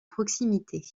proximité